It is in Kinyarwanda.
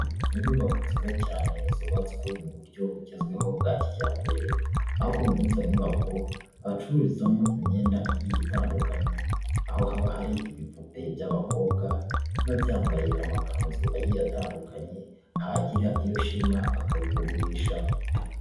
Inyubako nziza cyane zubatswe mu buryo bugezweho bwa kijyambere, aho muri izo nyubako bacururizamo imyenda igiye itandukanye, aho haba hari ibipupe by'abakobwa biba byambaye amakanzu agiye atandukanye, hagira iyo ushima bakayikugurisha.